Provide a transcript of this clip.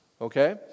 Okay